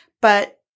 But-